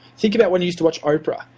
think about when you used to watch oprah.